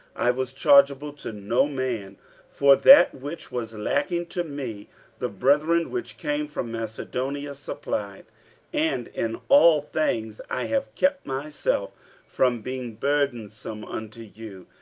i was chargeable to no man for that which was lacking to me the brethren which came from macedonia supplied and in all things i have kept myself from being burdensome unto you,